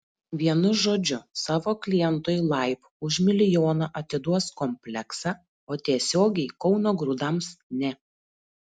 vienu žodžiu savo klientui laib už milijoną atiduos kompleksą o tiesiogiai kauno grūdams ne